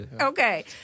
Okay